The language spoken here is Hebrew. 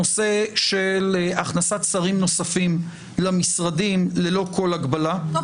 הנושא של הכנסת שרים נוספים למשרדים ללא כל הגבלה --- טוב,